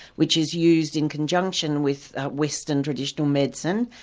which is used in conjunction with western traditional medicine,